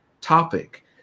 topic